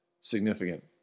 significant